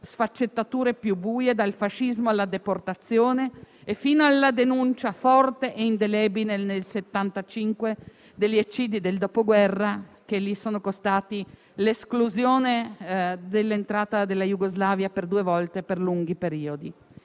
sfaccettature più buie, dal fascismo alla deportazione, fino alla denuncia forte e indelebile, nel 1975, degli eccidi del Dopoguerra, che gli sono costati il divieto d'ingresso in Jugoslavia per due volte e per lunghi periodi.